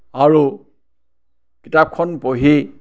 আৰু কিতাপখন পঢ়ি